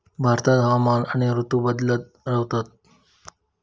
भारतात हवामान आणि ऋतू बदलत रव्हतत